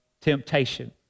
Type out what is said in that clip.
temptation